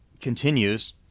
continues